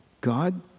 God